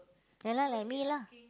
ya lah like me lah